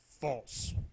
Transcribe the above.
False